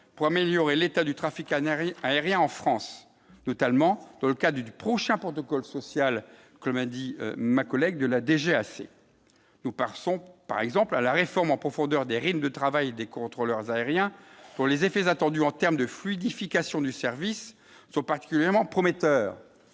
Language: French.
pour améliorer l'état du trafic Canaries aérien en France, totalement dans le cas du du prochain protocole social que a dit ma collègue de la DGAC nous par son par exemple à la réforme en profondeur des rythmes de travail des contrôleurs aériens pour les effets attendus en termes de fluidification du service sont particulièrement prometteurs,